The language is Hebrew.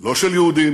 לא של יהודים,